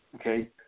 Okay